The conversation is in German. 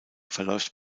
verläuft